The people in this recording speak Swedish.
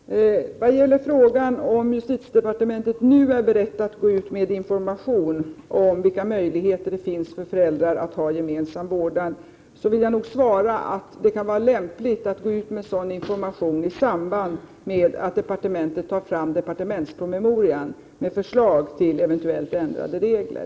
Herr talman! Vad gäller frågan om justitiedepartementet nu är berett att gå ut med information om vilka möjligheter det finns för föräldrar att ha gemensam vårdnad, vill jag svara att det kan vara lämpligt att gå ut med sådan information i samband med att departementet tar fram departementspromemorian med eventuellt förslag till ändrade regler.